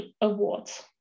awards